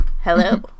hello